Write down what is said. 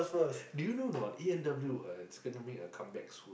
do you know or not A-and-W ah is gonna make a comeback soon